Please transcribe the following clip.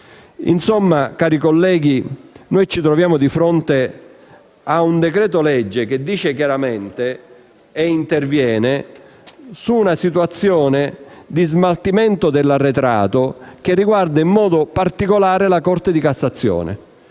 Insomma, cari colleghi, ci troviamo di fronte a un decreto‑legge il cui chiaro intento è intervenire su una situazione di smaltimento dell'arretrato che riguarda in modo particolare la Corte di cassazione.